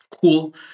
Cool